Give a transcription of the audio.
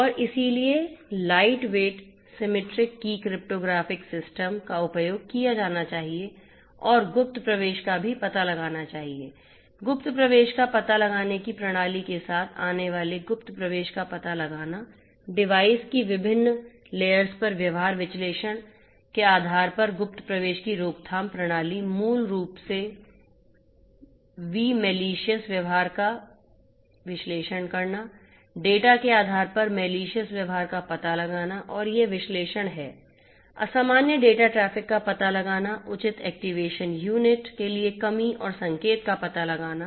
और इसलिए lightweight symmetric की क्रिप्टोग्राफ़िक सिस्टम के लिए कमी और संकेत का पता लगाना